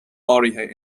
áirithe